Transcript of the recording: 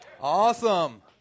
Awesome